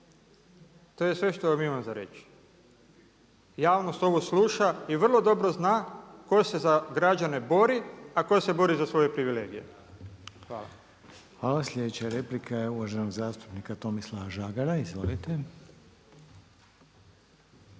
To je sve što vam imam za reći. Javnost ovo sluša i vrlo dobro zna tko se za građane bori, a tko se bori za svoje privilegije. Hvala. **Reiner, Željko (HDZ)** Hvala. Sljedeća replika je uvaženog zastupnika Tomislava Žagara. Izvolite.